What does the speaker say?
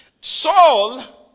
Saul